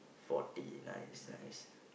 forty nice nice